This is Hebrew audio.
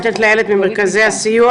אני נותנת לאיילת ממרכזי הסיוע,